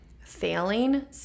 failing